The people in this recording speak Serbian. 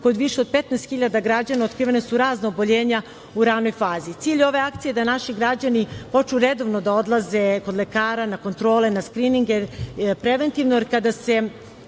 kod više od 15 hiljada građana otkrivena su razna oboljenja u ranoj fazi. Cilj ove akcije je da naši građani počnu redovno da odlaze kod lekara, na kontrole, na skrininge, preventivno, jer kada se